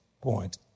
point